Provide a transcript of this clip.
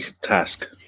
task